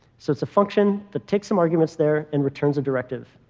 so it's a function that takes some arguments there and returns a directive.